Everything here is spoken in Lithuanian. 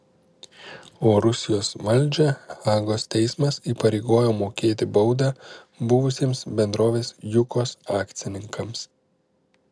o rusijos valdžią hagos teismas įpareigojo mokėti baudą buvusiems bendrovės jukos akcininkams